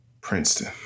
Princeton